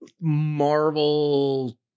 Marvel